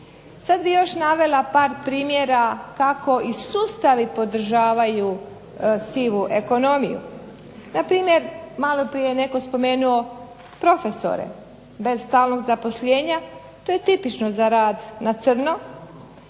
Sad bih još navela par primjera kako i sustavi podržavaju sivu ekonomiju. Na primjer maloprije je netko spomenuo profesore bez stalnog zaposlenja. To je tipično za rad na crno,